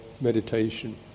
meditation